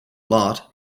lot